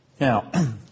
Now